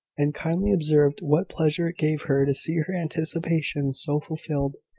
and kindly observed what pleasure it gave her to see her anticipations so fulfilled.